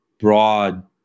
broad